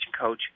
coach